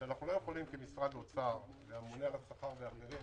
ואנחנו כמשרד אוצר הממונה על השכר ואחרים